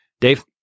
Dave